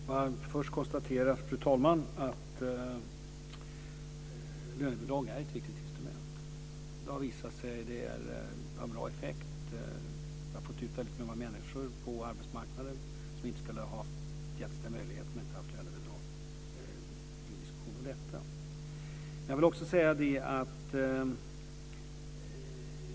Fru talman! Jag vill först konstatera att lönebidrag är ett viktigt instrument. Det har visat sig att ha en bra effekt, man har fått ut väldigt många människor på arbetsmarknaden som inte skulle ha getts den möjligheten om de inte haft lönebidrag - ingen diskussion om detta.